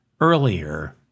earlier